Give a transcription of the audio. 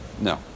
No